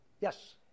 Yes